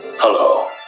Hello